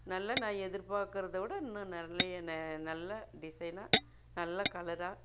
நல்ல நான் எதிர்பார்க்கறத விட இன்னும் நிறைய நல்ல டிசைனாக நல்ல கலராக